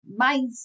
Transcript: mindset